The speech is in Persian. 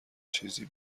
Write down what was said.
چیزی